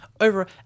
over